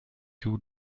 you